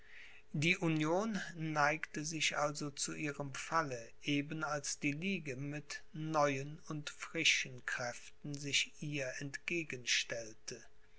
die union neigte sich also zu ihrem falle eben als die ligue mit neuen und frischen kräften sich ihr entgegenstellte